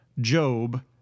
Job